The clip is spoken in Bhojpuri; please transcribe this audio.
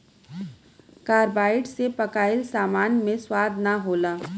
कार्बाइड से पकाइल सामान मे स्वाद ना होला